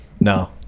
No